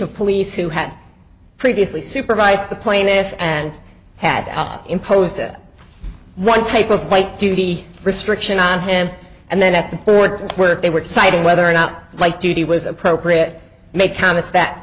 of police who had previously supervised the plaintiff and had imposed a one tables light duty restriction on him and then at the work they were deciding whether or not light duty was appropriate make comments that